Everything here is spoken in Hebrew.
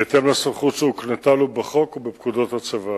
בהתאם לסמכות שהוקנתה לו בחוק ובפקודות הצבא.